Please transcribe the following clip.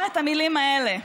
אמר את המילים האלה: